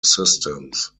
systems